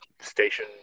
station